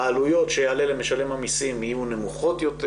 העלויות שיעלה למשלם המיסים יהיו נמוכות יותר